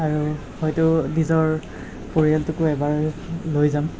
আৰু হয়তো নিজৰ পৰিয়ালটোকো এবাৰ লৈ যাম